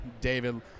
David